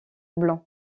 blanc